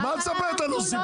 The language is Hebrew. אז מה את מספרת לנו סיפורים?